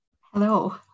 Hello